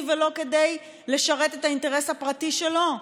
ולא כדי לשרת את האינטרס הפרטי שלו.